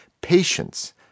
patience